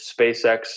SpaceX